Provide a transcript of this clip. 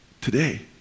today